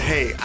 Hey